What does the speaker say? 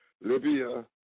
Libya